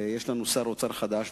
יש לנו שר אוצר חדש,